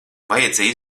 vajadzēja